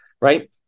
right